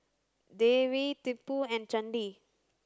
Devi Tipu and Chandi